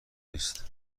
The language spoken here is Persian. نیست